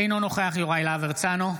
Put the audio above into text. אינו נוכח יוראי להב הרצנו,